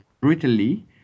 brutally